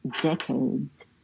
decades